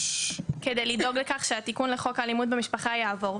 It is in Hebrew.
כדי לדאוג לכך שהתיקון לחוק האלימות במשפחה יעבור,